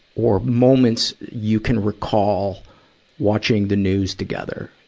or moments you can recall watching the news together,